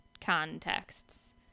contexts